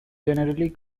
generally